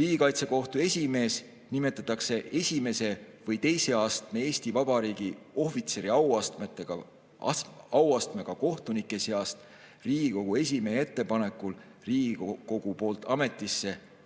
Riigikaitsekohtu esimees nimetatakse esimese või teise astme Eesti Vabariigi ohvitseri auastmega kohtunike seast Riigikohtu esimehe ettepanekul Riigikogu poolt ametisse